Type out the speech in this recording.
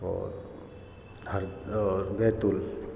और और बैतुल